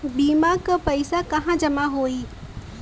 बीमा क पैसा कहाँ जमा होई?